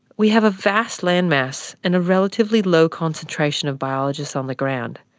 we have a vast land-mass and a relatively low concentration of biologists on the ground,